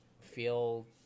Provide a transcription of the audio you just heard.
feel